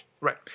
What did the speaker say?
Right